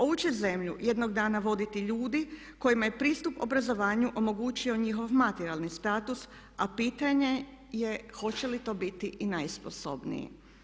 Ovu će zemlju jednog dana voditi ljudi kojima je pristup obrazovanju omogućio njihov materijalni status, a pitanje je hoće li to biti i najsposobniji.